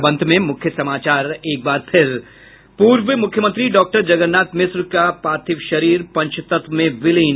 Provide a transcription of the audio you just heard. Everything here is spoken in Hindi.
और अब अंत में मुख्य समाचार एक बार फिर पूर्व मुख्यमंत्री डॉक्टर जगन्नाथ मिश्र का पार्थिव शरीर पंचतत्व में विलीन